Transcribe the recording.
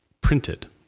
printed